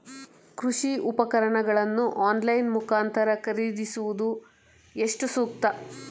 ಕೃಷಿ ಉಪಕರಣಗಳನ್ನು ಆನ್ಲೈನ್ ಮುಖಾಂತರ ಖರೀದಿಸುವುದು ಎಷ್ಟು ಸೂಕ್ತ?